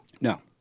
No